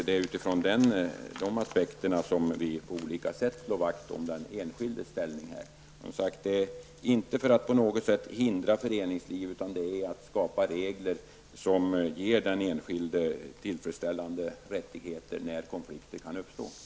Det är utifrån de aspekterna som vi på olika sätt slår vakt om den enskildes ställning. Vi vill skapa regler, inte för att på något sätt hindra föreningslivet utan för att ge den enskilde tillfredsställande rättigheter när konflikt har uppstått.